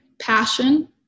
passion